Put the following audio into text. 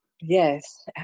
Yes